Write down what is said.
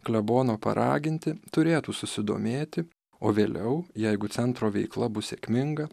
klebono paraginti turėtų susidomėti o vėliau jeigu centro veikla bus sėkminga